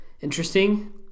interesting